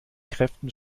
kräften